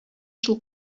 шул